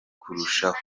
kurushaho